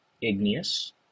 igneous